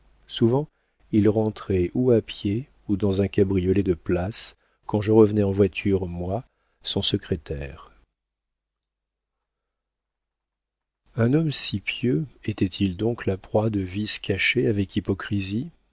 souvent il rentrait ou à pied ou dans un cabriolet de place quand je revenais en voiture moi son secrétaire un homme si pieux était-il donc la proie de vices cachés avec hypocrisie